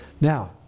Now